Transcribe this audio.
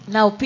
Now